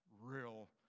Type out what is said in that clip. real